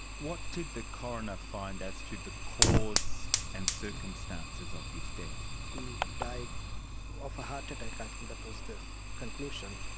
what did the coroner find as to the cause and circumstances of his death? he died of a heart attack, i think that was the conclusion.